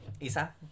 Isa